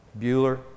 Bueller